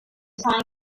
saint